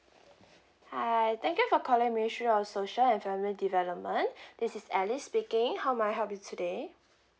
hi thank you for calling ministry of social and family development this is Elly speaking how may I help you today